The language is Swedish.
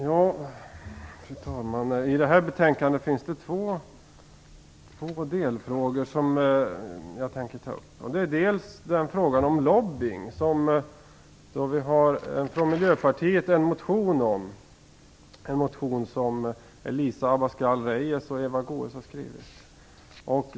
Fru talman! Jag tänker ta upp två delfrågor i detta betänkande. Det gäller först frågan om lobbying. Elisa Abascal Reyes och Eva Goës från Miljöpartiet har väckt en motion som handlar om svenska myndigheter och lobbying.